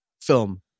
film